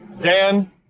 dan